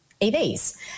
EVs